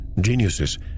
geniuses